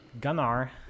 gunnar